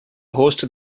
hosted